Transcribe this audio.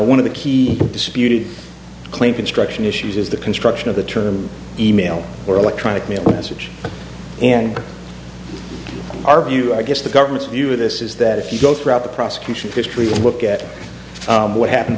one of the key disputed claim construction issues is the construction of the term email or electronic mail message and our view i guess the government's view of this is that if you go throughout the prosecution history and look at what happened